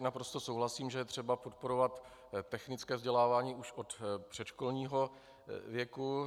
Naprosto souhlasím, že je třeba podporovat technické vzdělávání už od předškolního věku.